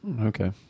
Okay